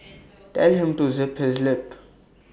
tell him to zip his lip